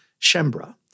Shembra